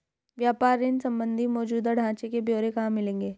व्यापार ऋण संबंधी मौजूदा ढांचे के ब्यौरे कहाँ मिलेंगे?